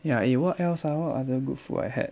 ya eh what else ah what other good food I had